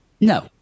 No